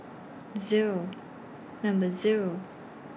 Zero and Zero